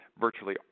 Virtually